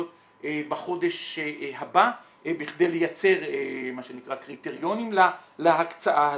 בחודש הבא בכדי לייצר מה שנקרא קריטריונים להקצאה הזאת.